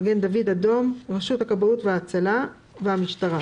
הג"א, מגן דוד אדום, רשות הכבאות וההצלה והמשטרה."